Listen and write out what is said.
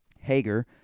Hager